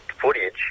footage